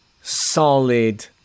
solid